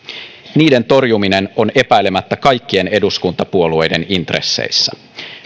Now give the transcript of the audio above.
niiden torjuminen on epäilemättä kaikkien eduskuntapuolueiden intresseissä